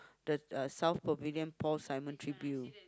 the uh South Pavilion Paul-Simon Tribute